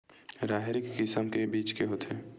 राहेर के किसम के बीज होथे?